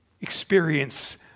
experience